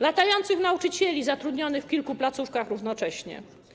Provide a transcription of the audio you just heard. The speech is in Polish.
Latających nauczycieli, zatrudnionych w kilku placówkach równocześnie.